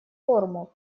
форумов